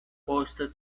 post